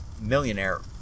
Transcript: millionaire